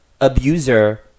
abuser